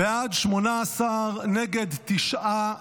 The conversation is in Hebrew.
בעד 18, נגד, תשעה.